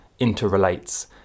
interrelates